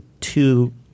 two